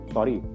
Sorry